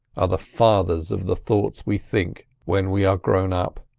the fathers of the thoughts we think when we are grown up.